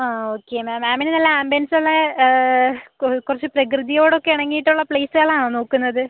ആ okay ma'am മാമിന് നല്ല ആമ്പിയൻസുള്ള കുറച്ച് പ്രകൃതിയോടൊക്കെ ഇണങ്ങിയിട്ടുള്ള പ്ലേസുകളാണോ നോക്കുന്നത്